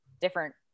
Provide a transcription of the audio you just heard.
different